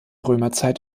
römerzeit